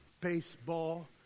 baseball